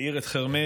האיר את חרמש,